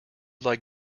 like